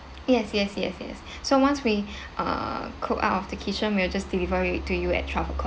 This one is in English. yes yes yes yes so once we uh cook out of the kitchen we'll just deliver it to you at twelve o'clock